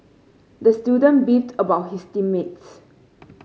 the student beefed about his team mates